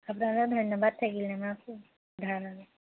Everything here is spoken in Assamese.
আপোনালৈ ধন্যবাদ থাকিল আমাক সোধাৰ বাবে